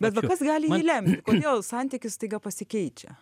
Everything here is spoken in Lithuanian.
bet va kas gali jį lemti kodėl santykis staiga pasikeičia